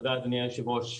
תודה רבה אדוני היושב ראש.